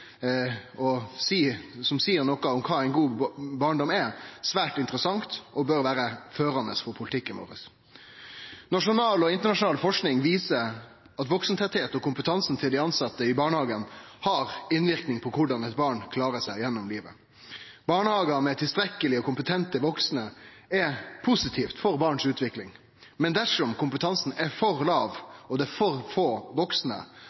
seier noko om kva ein god barndom er, svært interessant og bør vere førande for politikken vår. Nasjonal og internasjonal forsking viser at tettleiken av vaksne og kompetansen til dei tilsette i barnehagane har innverknad på korleis eit barn klarer seg gjennom livet. Barnehagar med tilstrekkeleg og kompetente vaksne er positivt for barn si utvikling, men dersom kompetansen er for låg og det er for få vaksne,